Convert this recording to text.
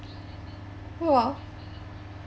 !wah!